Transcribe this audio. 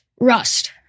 Rust